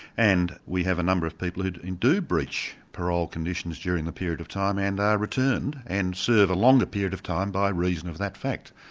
and we have a number of people who do breach parole conditions during the period of time, and are returned, and serve a longer period of time by reason of that fact.